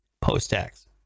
post-tax